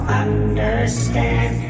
understand